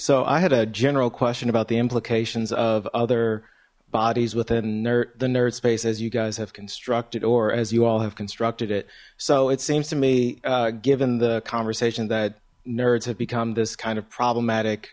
so i had a general question about the implications of other bodies within the nerd space as you guys have constructed or as you all have constructed it so it seems to me given the conversation that nerds have become this kind of problematic